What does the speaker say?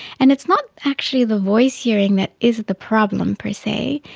and it's not actually the voice hearing that is the problem per se,